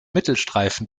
mittelstreifen